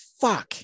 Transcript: fuck